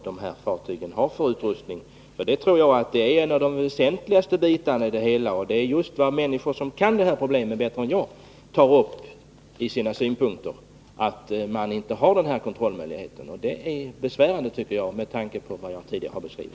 Det är just detta — att man inte har sådana kontrollmöjligheter — som människor som kan det här bättre än jag tar uppi sina synpunkter. Denna brist är besvärande, tycker jag, mot bakgrund av vad jag tidigare har beskrivit.